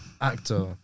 Actor